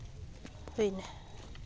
ᱦᱩᱭᱮᱱᱟ